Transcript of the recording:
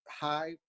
high